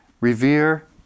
revere